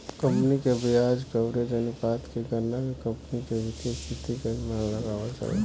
company के ब्याज coverage अनुपात के गणना के कंपनी के वित्तीय स्थिति के अनुमान लगावल जाता